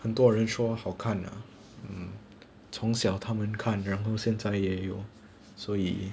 很多人说好看啊 mm 从小他们看然后现在也有所以